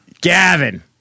Gavin